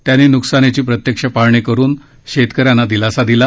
त्यांनी नुकसानीची प्रत्यक्ष पाहणी करून शेतकऱ्यांना दिलासा दिला